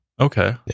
okay